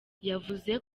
yavuze